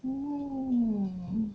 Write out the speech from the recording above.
mm